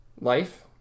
life